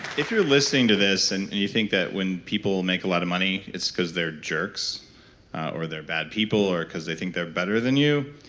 if you're listening to this and you think that, when people make a lot of money it's cause they're jerks or they're bad people or cause they think they're better than you,